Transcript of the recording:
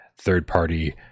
third-party